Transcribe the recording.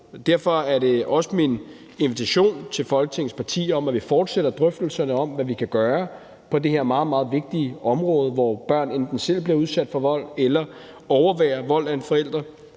Derfor er det også min invitation til Folketingets partier, at vi fortsætter drøftelserne om, hvad vi kan gøre på det her meget, meget vigtige område, hvor børn enten selv bliver udsat for vold eller overværer vold mod en forælder,